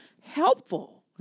helpful